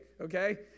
Okay